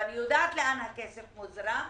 ואני יודעת לאן הכסף מוזרם.